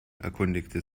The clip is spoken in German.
erkundigte